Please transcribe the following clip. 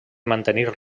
mantenir